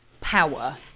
power